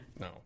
No